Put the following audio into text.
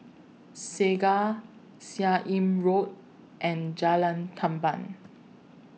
Segar Seah Im Road and Jalan Tamban